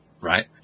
right